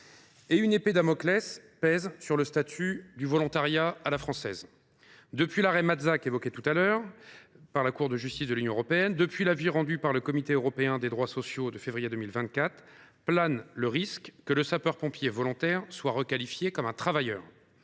Une épée de Damoclès pèse sur le statut du volontariat à la française. Depuis l’arrêt de la Cour de justice de l’Union européenne et l’avis rendu par le Comité européen des droits sociaux de février 2024, plane le risque que le sapeur pompier volontaire soit requalifié en travailleur.